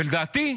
ולדעתי,